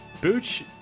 Booch